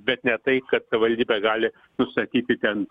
bet ne tai kad savivaldybė gali užsakyti ten